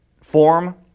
form